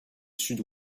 sud